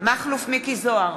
מכלוף מיקי זוהר,